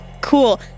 Cool